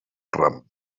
ram